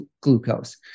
glucose